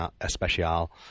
especial